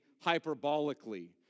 hyperbolically